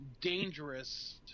dangerous